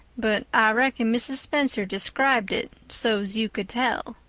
but i reckon mrs. spencer described it so's you could tell.